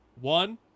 one